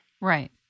Right